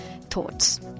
thoughts